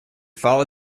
followed